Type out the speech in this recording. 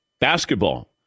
Basketball